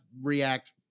react